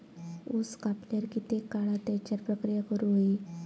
ऊस कापल्यार कितके काळात त्याच्यार प्रक्रिया करू होई?